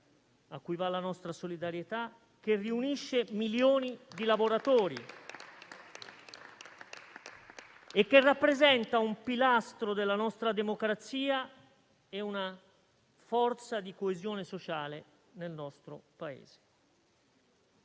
a cui va la nostra solidarietà - che riunisce milioni di lavoratori. La CGIL rappresenta un pilastro della nostra democrazia e una forza di coesione sociale nel nostro Paese.